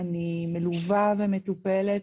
אני מלווה ומטופלת.